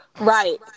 Right